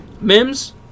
Mims